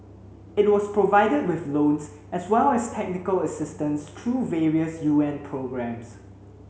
it was provided with loans as well as technical assistance through various UN programmes